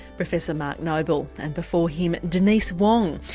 professor mark noble and before him denise wong.